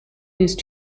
these